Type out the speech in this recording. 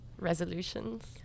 resolutions